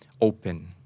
open